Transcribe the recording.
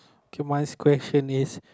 okay mines question is